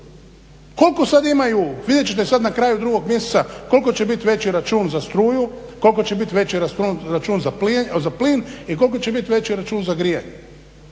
Koliko sad imaju, vidjet ćete sad na kraju 2. mjeseca koliko će bit veći račun za struju, koliko će biti veći račun za plin i koliko će biti veći račun za grijanje.